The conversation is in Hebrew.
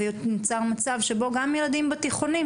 כך נוצר מצב שגם ילדים בתיכונים,